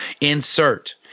insert